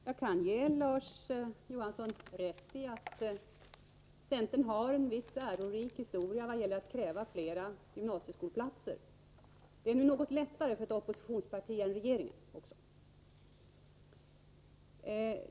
Herr talman! Jag kan ge Larz Johansson rätt i att centern har en viss ärorik historia i vad gäller att kräva fler gymnasieskolplatser. Det är nu något lättare för ett oppositionsparti än för regeringen.